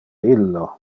illo